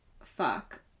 fuck